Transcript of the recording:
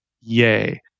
yay